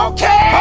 Okay